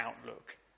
outlook